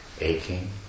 aching